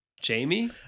jamie